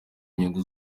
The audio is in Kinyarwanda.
inyungu